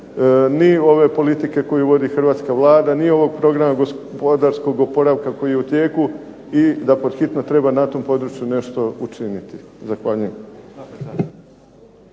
ni ove politike koju vodi hrvatska Vlada, ni ovog Programa gospodarskog oporavka koji je u tijeku i da pod hitno treba na tom području nešto učiniti. Zahvaljujem.